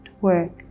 work